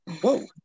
Whoa